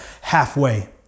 halfway